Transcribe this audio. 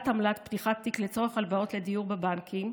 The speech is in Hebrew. עמלת פתיחת תיק לצורך הלוואות לדיור בבנקים,